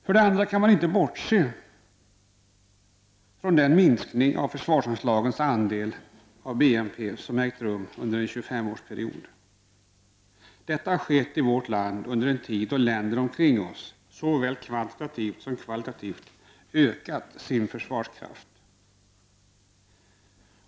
För det andra kan man inte bortse från den minskning av försvarsanslagens andel av BNP som ägt rum under en 25-årsperiod. Detta har skett i vårt land under en tid då länder omkring oss såväl kvantitativt som kvalitativt har ökat sin försvarskraft.